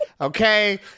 Okay